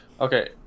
Okay